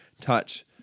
touch